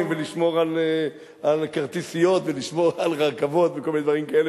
ולשמור על כרטיסיות ולשמור על רכבות וכל מיני דברים כאלה,